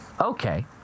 Okay